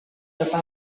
topa